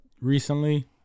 recently